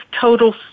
total